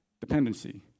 Dependency